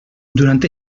durant